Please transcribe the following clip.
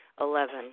Eleven